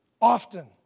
Often